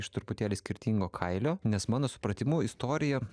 iš truputėlį skirtingo kailio nes mano supratimu istorija